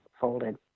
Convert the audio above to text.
folded